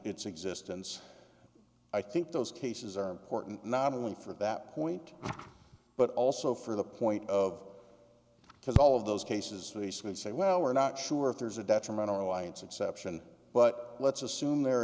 its existence i think those cases are important not only for that point but also for the point of because all of those cases the smiths say well we're not sure if there's a detrimental reliance exception but let's assume there